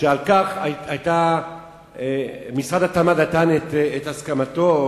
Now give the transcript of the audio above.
ולכך משרד התמ"ת נתן את הסכמתו,